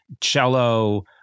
Cello